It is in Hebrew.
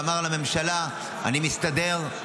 ואמר לממשלה: אני מסתדר,